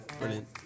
Brilliant